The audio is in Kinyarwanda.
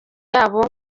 yabo